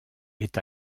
est